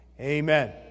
Amen